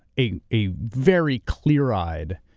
a a very clear eyed,